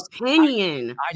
opinion